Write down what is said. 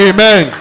Amen